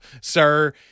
sir